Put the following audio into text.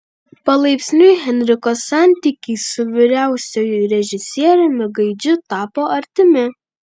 palaipsniui henriko santykiai su vyriausiuoju režisieriumi gaidžiu tapo artimi